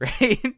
Right